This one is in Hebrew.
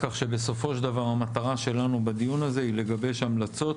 כך שבסופו של דבר המטרה שלנו בדיון הזה היא לגבש המלצות,